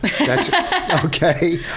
okay